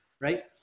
Right